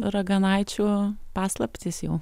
raganaičių paslaptys jau